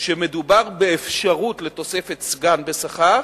שמדובר באפשרות לתוספת סגן בשכר,